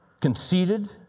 conceited